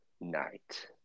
night